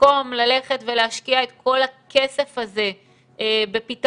במקום ללכת ולהשקיע את כל הכסף הזה בפתרון